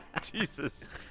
Jesus